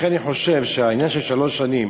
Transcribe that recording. לכן אני חושב שהעניין של שלוש שנים,